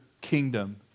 kingdom